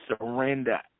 surrender